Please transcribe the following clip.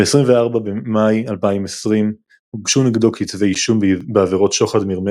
ב-24 במאי 2020 הוגשו נגדו כתבי אישום בעבירות שוחד מרמה